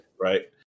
right